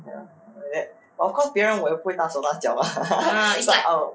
ya like that of course 对别人我又不会大手大脚 lah is like um